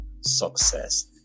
success